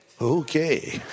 Okay